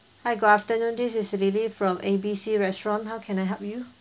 hi good afternoon this is lily from A B C restaurant how can I help you